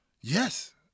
yes